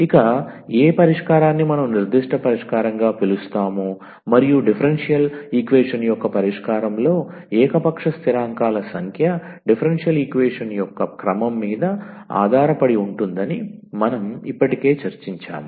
ఇక ఏ పరిష్కారాన్ని మనం నిర్దిష్ట పరిష్కారంగా పిలుస్తాము మరియు డిఫరెన్షియల్ ఈక్వేషన్ యొక్క పరిష్కారంలో ఏకపక్ష స్థిరాంకాల సంఖ్య డిఫరెన్షియల్ ఈక్వేషన్ యొక్క క్రమం మీద ఆధారపడి ఉంటుందని మనం ఇప్పటికే చర్చించాము